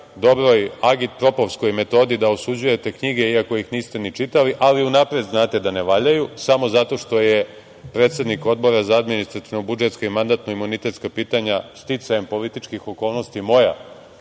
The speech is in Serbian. dobroj agipropovskoj metodi da osuđujete knjige i ako ih niste ni čitali, ali unapred znate da ne valjaju samo zato što je predsednik Odbora za administrativno-budžetska i mandatno-imunitetska pitanja sticajem političkih okolnosti moja